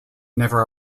never